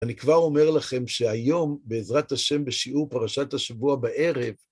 אני כבר אומר לכם שהיום, בעזרת השם בשיעור פרשת השבוע בערב,